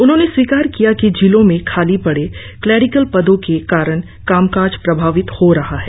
उन्होंने स्वीकार किया कि जिलों में खाली पड़े क्लेरिकल पदों के कारण कामकाज प्रभावित हो रहा है